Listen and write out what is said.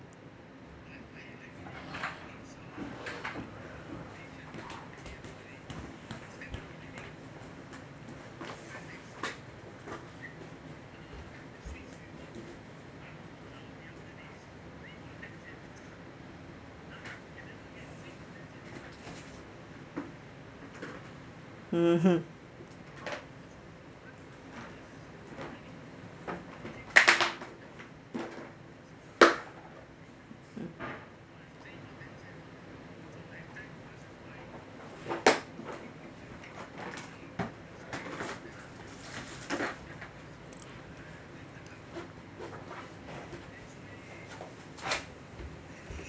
mmhmm